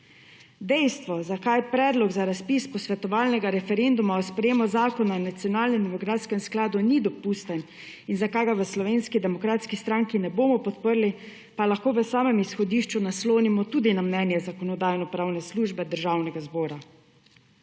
Dejstvo zakaj predlog za razpis posvetovalnega referenduma o sprejemu zakona o nacionalnem demografskem skladu ni dopusten in zakaj ga v Slovenski demokratski stranki ne bomo podprli pa lahko v samem izhodišču naslonimo tudi na mnenje Zakonodajno-pravne službe Državnega zbora.